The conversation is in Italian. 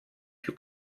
più